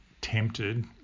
tempted